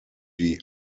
die